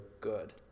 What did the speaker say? good